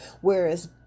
whereas